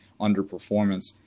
underperformance